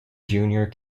junior